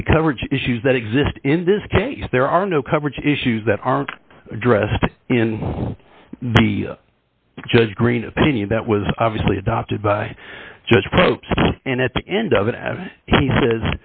of the coverage issues that exist in this case there are no coverage issues that are addressed in the judge greene opinion that was obviously adopted by judge propes and at the end of it as he